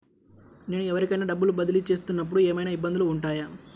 నేను ఎవరికైనా డబ్బులు బదిలీ చేస్తునపుడు ఏమయినా ఇబ్బందులు వుంటాయా?